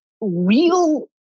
real